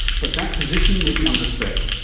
but that position may be under threat.